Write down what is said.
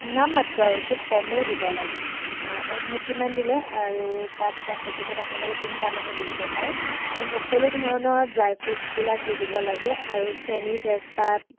নামমাত্ৰ আৰু খুব কমেই দিব লাগে একমুঠি মান দিলে আৰু তাত গাখীৰ পেকেট আপোনালোকে তিনিটামানো দি দিব পাৰে আৰু সকলো ধৰণৰ ড্ৰাই ফ্ৰুটছবিলাক দি দিব লাগে আৰু চেনী তেজপাত